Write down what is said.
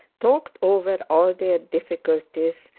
talked over all their difficulties,